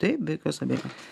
taip be jokios abejonės